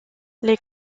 les